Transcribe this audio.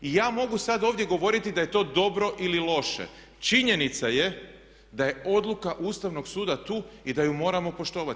I ja mogu sad ovdje govoriti da je to dobro ili loše, činjenica je da je odluka Ustavnog suda tu i da je moramo poštovati.